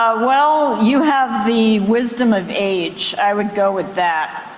ah well, you have the wisdom of age. i would go with that.